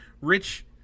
Rich